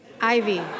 Ivy